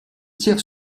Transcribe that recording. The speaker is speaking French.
tiers